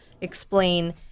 explain